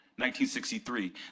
1963